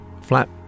flat